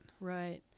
Right